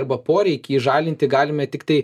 arba poreikį įžalinti galime tiktai